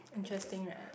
interesting right